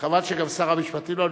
חבל שגם שר המשפטים לא נמצא.